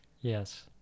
Yes